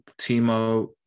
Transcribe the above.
Timo